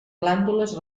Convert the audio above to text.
glàndules